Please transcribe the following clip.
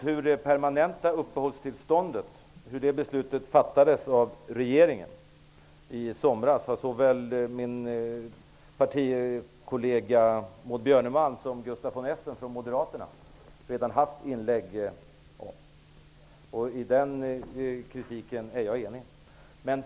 Herr talman! Såväl min partikollega Maud Moderaterna har redan framfört kritik mot hur beslutet om permanenta uppehållstillstånd fattades av regeringen i somras. I den kritiken instämmer jag.